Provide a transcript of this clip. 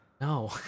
No